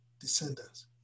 Descendants